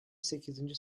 sekizinci